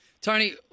Tony